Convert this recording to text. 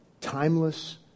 timeless